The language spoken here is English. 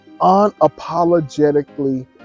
unapologetically